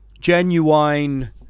genuine